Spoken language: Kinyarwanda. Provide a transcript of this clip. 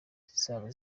zizaba